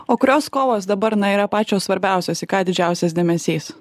o kurios kovos dabar na yra pačios svarbiausios į ką didžiausias dėmesys